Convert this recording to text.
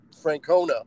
Francona